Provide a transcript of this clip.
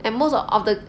and most o~ of the